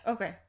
Okay